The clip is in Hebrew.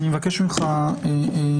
אני מבקש ממך לעצור.